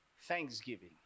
Thanksgiving